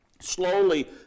Slowly